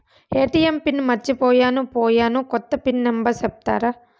ATM pin మర్చిపోయాను పోయాను, కొత్త పిన్ నెంబర్ సెప్తారా?